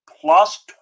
Plus